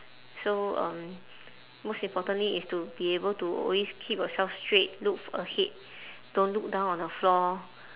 so um most importantly is to be able to always keep yourself straight look f~ ahead don't look down on the floor